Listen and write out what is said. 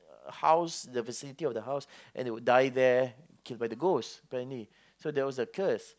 uh house the vicinity of the house and they would die there killed by the ghost apparently so there was a curse